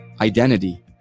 identity